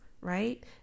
right